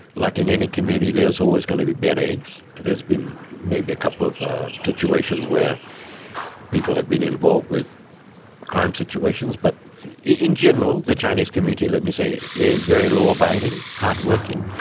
like in any community, there are always going to be bad eggs. there has been maybe a couple of situations where people have been involved with crime situations. but in general the chinese community, let me say, is very law-abiding, hard-working,